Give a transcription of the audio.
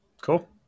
Cool